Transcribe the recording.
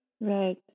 right